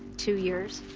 two years.